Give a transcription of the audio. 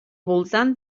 voltant